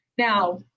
Now